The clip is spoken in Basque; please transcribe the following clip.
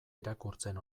irakurtzen